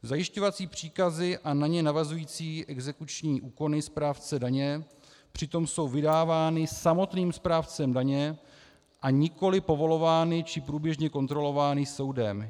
Zajišťovací příkazy a na ně navazující exekuční úkony správce daně přitom jsou vydávány samotným správcem daně, a nikoliv povolovány či průběžně kontrolovány soudem.